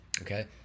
okay